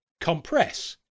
Compress